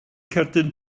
cerdyn